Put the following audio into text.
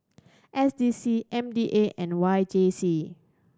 S D C M D A and Y J C